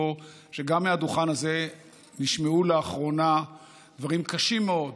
שגם מהדוכן הזה נשמעו לאחרונה דברים קשים מאוד